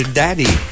daddy